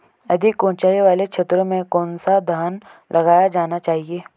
अधिक उँचाई वाले क्षेत्रों में कौन सा धान लगाया जाना चाहिए?